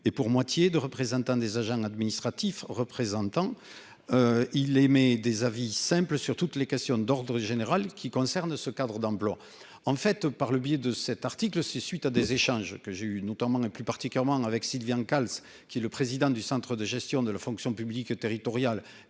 et pour moitié de représentants des agents administratifs représentant. Il émet des avis simple sur toutes les questions d'ordre général qui concerne ce Cadre d'emplois en fait par le biais de cet article c'est suite à des échanges que j'ai eu notamment et plus particulièrement avec Sylvian Calce qui le président du Centre de gestion de la fonction publique territoriale